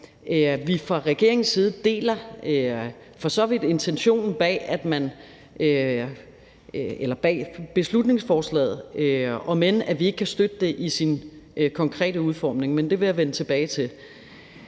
vi fra regeringens side for så vidt deler intentionen bag beslutningsforslaget, om end vi ikke kan støtte det i sin konkrete udformning. Men det vil jeg vende tilbage til.